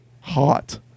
hot